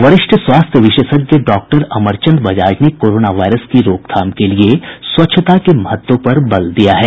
वरिष्ठ स्वास्थ्य विशेषज्ञ डॉक्टर अमरचंद बजाज ने कोरोना वायरस की रोकथाम के लिए स्वच्छता के महत्व पर बल दिया है